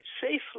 safely